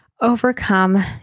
overcome